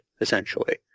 essentially